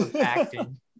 Acting